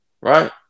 right